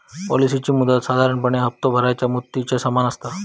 पॉलिसीची मुदत साधारणपणे हप्तो भरणाऱ्या मुदतीच्या समान असता